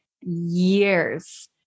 years